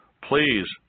please